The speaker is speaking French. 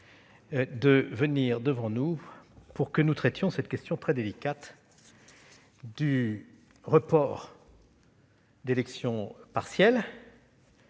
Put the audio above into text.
de venir devant nous pour que nous traitions cette question très délicate du report des élections partielles